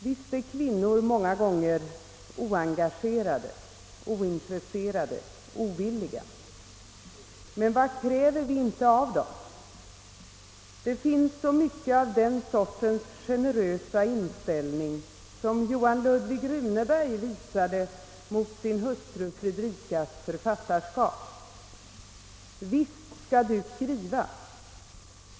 Visst är kvinnor många gånger oengagerade, ointresserade och ovilliga, men vad krävs inte av dem? Det finns så mycket av den sortens generösa inställning som Johan Ludvig Runeberg visade mot sin hustru Fredrikas författarskap: Visst skall du skriva.